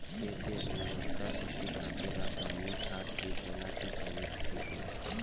खेत के उरवरा शक्ति खातिर रसायानिक खाद ठीक होला कि जैविक़ ठीक होई?